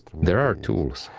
there are tools.